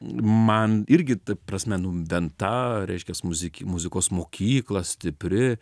man irgi ta prasme nu venta reiškias muziki muzikos mokykla stipri